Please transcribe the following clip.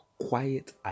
Quiet